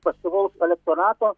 pasyvaus elektorato